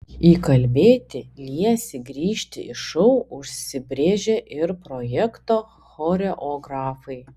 įkalbėti liesį grįžti į šou užsibrėžė ir projekto choreografai